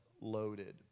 loaded